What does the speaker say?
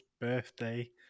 birthday